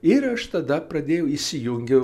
ir aš tada pradėjau įsijungiau